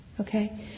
okay